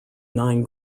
nine